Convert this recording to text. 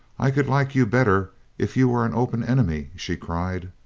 i could like you better if you were an open enemy, she cried.